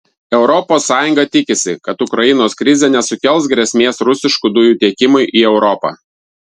europos sąjunga tikisi kad ukrainos krizė nesukels grėsmės rusiškų dujų tiekimui į europą